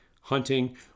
hunting